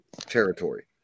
territory